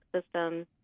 systems